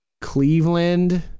Cleveland